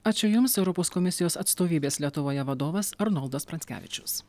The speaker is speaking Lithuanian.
ačiū jums europos komisijos atstovybės lietuvoje vadovas arnoldas pranckevičius